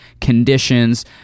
conditions